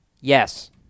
yes